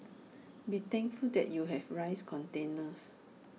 be thankful that you have rice containers